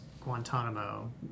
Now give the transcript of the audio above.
Guantanamo